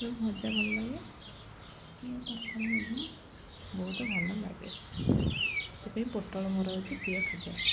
ପୋଟଳ ଭଜା ଭଲ ଲାଗେ ଓ ତରକାରୀ ମଧ୍ୟ ବହୁତ ଭଲ ଲାଗେ ସେଥିପାଇଁ ପୋଟଳ ମୋର ହେଉଛି ପ୍ରିୟ ଖାଦ୍ୟ